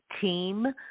Team